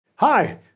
Hi